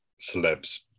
celebs